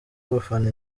abafana